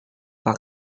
pak